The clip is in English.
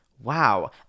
Wow